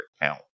account